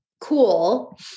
cool